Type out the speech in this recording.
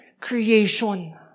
creation